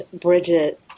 Bridget